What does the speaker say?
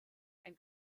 ein